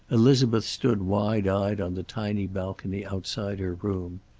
elizabeth stood wide-eyed on the tiny balcony outside her room.